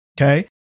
okay